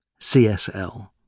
CSL